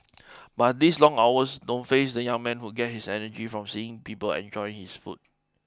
but these long hours don't faze the young man who get his energy from seeing people enjoying his food